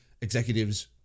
executives